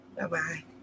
Bye-bye